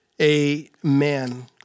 amen